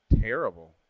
terrible